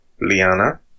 Liana